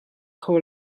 kho